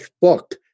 book